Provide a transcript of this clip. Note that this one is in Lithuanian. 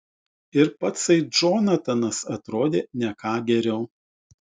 ir patsai džonatanas atrodė ne ką geriau